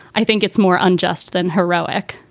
i think it's more unjust than heroic.